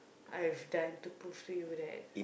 I have done to prove to you that